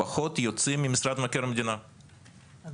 פחותץ יוצאים ממשרד מבקר המדינה סטטיסטית.